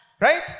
Right